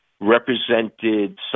represented